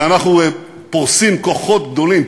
ואנחנו פורסים כוחות גדולים.